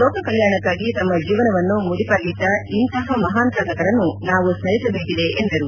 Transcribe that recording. ಲೋಕಕಲ್ಯಾಣಾಕ್ಕಾಗಿ ತಮ್ಮ ಜೀವನವನ್ನು ಮುಡುಪಾಗಿಟ್ಟ ಇಂತಹ ಮಹಾನ್ ಸಾಧಕರನ್ನು ನಾವು ಸ್ಥರಿಸಬೇಕಿದೆ ಎಂದರು